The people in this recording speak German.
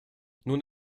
nun